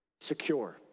secure